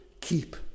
keep